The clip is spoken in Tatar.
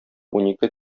унике